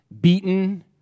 beaten